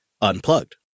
unplugged